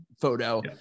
photo